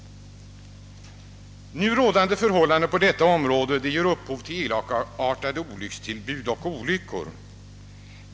Nu rådande förhållande på detta område ger upphov till elakartade olyckstillbud och olyckor.